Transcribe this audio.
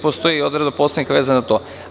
Postoji i odredba Poslovnika vezano za to.